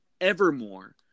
evermore